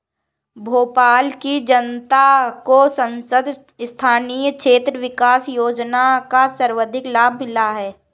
भोपाल की जनता को सांसद स्थानीय क्षेत्र विकास योजना का सर्वाधिक लाभ मिला है